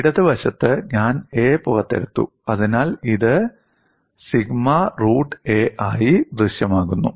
ഇടത് വശത്ത് ഞാൻ a പുറത്തെടുത്തു അതിനാൽ ഇത് സിഗ്മ റൂട്ട് a ആയി ദൃശ്യമാകുന്നു